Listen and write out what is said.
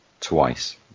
twice